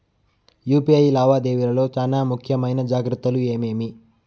UPI లావాదేవీల లో చానా ముఖ్యమైన జాగ్రత్తలు ఏమేమి?